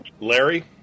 Larry